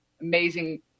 amazing